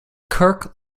kirk